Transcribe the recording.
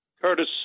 Curtis